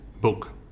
book